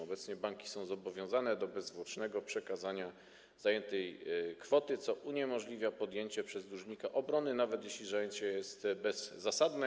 Obecnie banki są obowiązane do bezzwłocznego przekazania zajętej kwoty, co uniemożliwia podjęcie przez dłużnika obrony, nawet jeśli zajęcie jest bezzasadne.